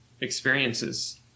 experiences